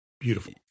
beautiful